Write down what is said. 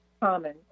common